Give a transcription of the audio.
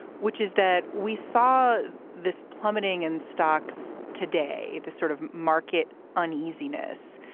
which is that we saw this plummeting in stocks today, the sort of market uneasiness.